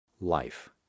Life